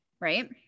right